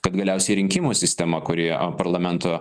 kad galiausiai rinkimų sistema kurioje a parlamento